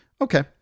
Okay